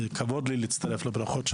וזה כבוד עבורי להצטרף אליהם.